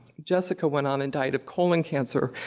jessica went on and died of colon cancer,